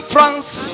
France